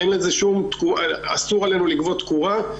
אסור לנו לגבות תקורה.